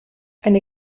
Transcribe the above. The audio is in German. eine